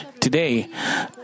Today